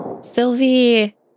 Sylvie